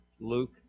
Luke